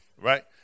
right